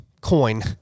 coin